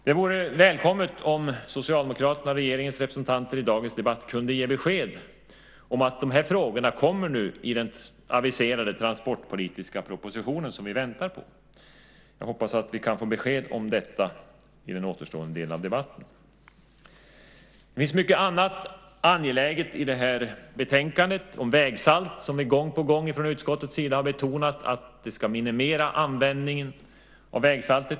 Det vore välkommet om Socialdemokraternas och regeringens representant kunde ge besked i dagens debatt om att de här frågorna kommer nu i den aviserade transportpolitiska propositionen, som vi väntar på. Jag hoppas att vi kan få besked om detta i den återstående delen av debatten. Det finns mycket annat angeläget i det här betänkandet, till exempel om vägsalt. Vi har gång på gång från utskottets sida betonat att vi ska minimera användningen av vägsalt.